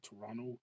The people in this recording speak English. Toronto